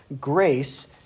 grace